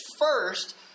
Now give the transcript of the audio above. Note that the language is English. First